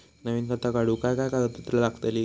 नवीन खाता काढूक काय काय कागदपत्रा लागतली?